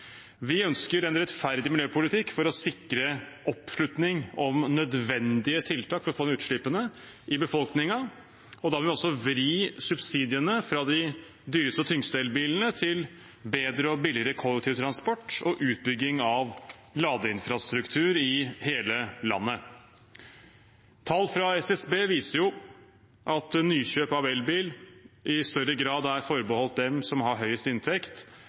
Vi ønsker en rettferdig miljøpolitikk for å sikre oppslutning i befolkningen om nødvendige tiltak for å få ned utslippene, og da må vi vri subsidiene fra de dyreste og tyngste elbilene til bedre og billigere kollektivtransport og utbygging av ladeinfrastruktur i hele landet. Tall fra SSB viser at nykjøp av elbil i større grad er forbeholdt dem som har høyest inntekt.